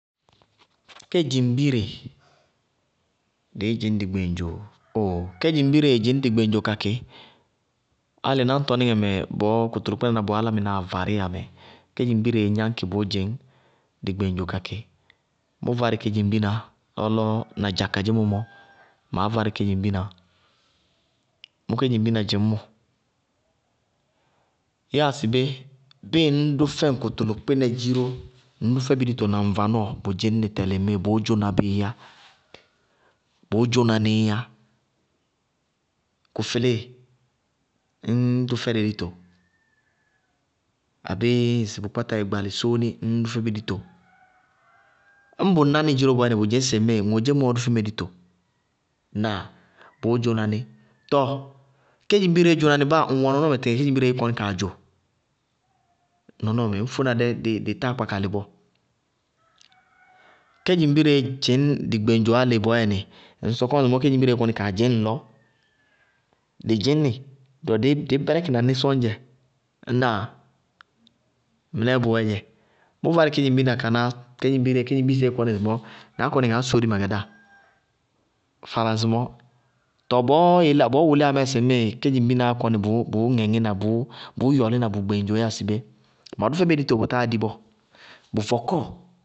Kedzimbire, dɩí dzɩñ dɩ gbeŋdzoo? Ooh kedzimbiree dzɩñ dɩ gbeŋdzo kakɩ. Álɩ náñtɔníŋɛ mɛ bɔɔ kʋtʋlʋkpɩnaná bɔɔ álámɩnáa várɩ yá mɛ kedzimbireé gnáñkɩ bʋ dzɩñ dɩí gbeŋdzo kakɩ. Mʋ várɩ kedzimbina, ɔlɔ na dza kadzémɔ mɔ, maá várɩ kedzimbina, mʋ kedzimbina dzɩñ mʋ. Yáa sɩ bé, bíɩ ŋñ dʋ fɛŋ kʋtʋlʋkpɩnɛ dziró ŋñ dʋ fɛ bɩ dito na ŋ vanɔɔ bʋ dzɩñnɩ tɛlɩ ŋmíɩ, bʋʋ dzʋna biá, bʋʋ dzʋna nííyá, kʋ fɩlíɩ, ññ dʋ fɛ bɩ dito, abéé ŋsɩ bʋ kpáta gbalɩ sóóni ññ dʋ fɛ bɩ dito, ñŋ ñŋ bʋ nánɩ dziró ŋmíɩ, bʋ dzɩñ sɩ ŋodzémɔɔ dʋ fɛmɛ dito, na bʋʋ dzʋna nɩ, tɔɔ kedzimbiree dzʋna nɩ báa ŋwɛ nɔnɔɔmɛ tɩtɩŋɛ kedzimbire kɔní kaa dzʋ ŋ nɔnɔɔ mɛ ŋñ fóéna dɛ, dɩ táa kpá kalɩ bɔɔ, kedzimbireé dzɩñ dɩ gbeŋdzo álɩ ŋñ sɔkɔ ŋsɩmɔɔ bɔɔyɛnɩ, kedzimbireé kɔní kaa dzɩñ ŋlɔ, dɩ dzɩñ nɩ, dɩ wɛ dɩí bɔlɛkɩna ní sɔññ dzɛ. Ŋnáa? Mɩnɛɛ bʋwɛɛdzɛ mʋ várɩ kedzimbina kaná kedzimbire kedzimbise kɔní ŋsɩmɔɔ, ŋaá kɔní ŋaá sóri ma gadáa, faala ŋsɩmɔɔ, tɔɔ bɔɔ yeléa bɔɔ wuliyá mɛ sɩ ŋmɩɩ kedzimbinaá kɔní bʋʋ yɔɔlína bʋʋ ŋɛŋína bʋ gbeŋdzo yáa sɩ bé? Ma dʋ fɛbɩ dito, bʋ táa di bɔɔ, bʋ vɔkɔɔ.